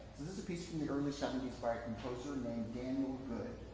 this is a piece from the early seventy s by a composer named daniel